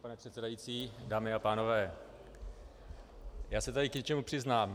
Vážený pane předsedající, dámy a pánové, já se tady k něčemu přiznám.